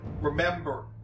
remember